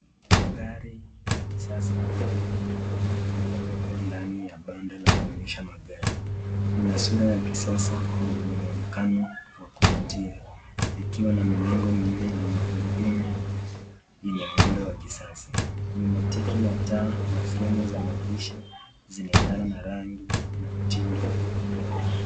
Gari la kisasa la rangi nyeupe, limewekwa ndani ya banda la kuendeshea magari. Lina sura ya kisasa na lenye muonekano wa kuvutia, likiwa na milango minne na magurundumu ya mwendo wa kisasa, na matiki ya taa na fremu za madirisha zinaendana na rangi na mtindo wa gari.